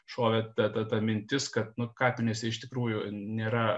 šovė ta ta ta mintis kad nu kapinėse iš tikrųjų nėra